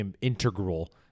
integral